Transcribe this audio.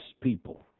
people